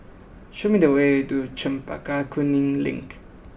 show me the way to Chempaka Kuning Link